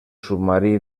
submarí